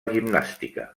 gimnàstica